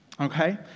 Okay